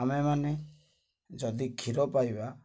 ଆମେମାନେ ଯଦି କ୍ଷୀର ପାଇବା